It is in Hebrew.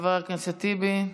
חבר הכנסת טיבי.